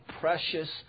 precious